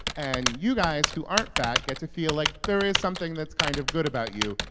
and you guys who aren't fat get to feel like there is something that's kind of good about you.